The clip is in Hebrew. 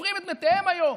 שקוברים את מתיהם היום?